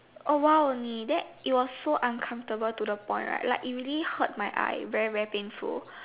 awhile only then it was so uncomfortable to the point right like it really hurt my eye very very painful